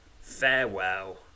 Farewell